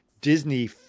Disney